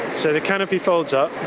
so the canopy folds up,